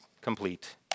complete